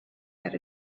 had